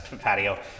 patio